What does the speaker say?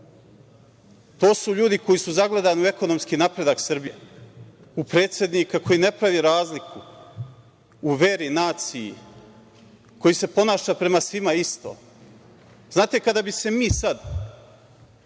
su ljudi koji su zagledani u ekonomski napredak Srbije, u predsednika koji ne pravi razliku u veri, naciji, koji se ponaša prema svima isto. Znate, kada bi se mi sad